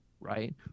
right